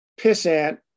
pissant